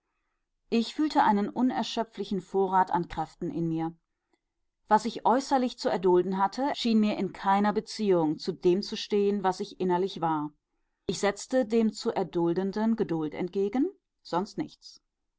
ich fühlte einen unerschöpflichen vorrat an kräften in mir was ich äußerlich zu erdulden hatte schien mir in keiner beziehung zu dem zu stehen was ich innerlich war ich setzte dem zu erduldenden geduld entgegen sonst nichts